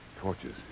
Torches